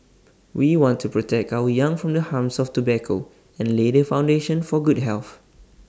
we want to protect our young from the harms of tobacco and lay the foundation for good health